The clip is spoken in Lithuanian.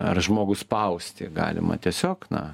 ar žmogų spausti galima tiesiog na